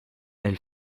elle